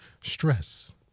stress